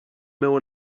meu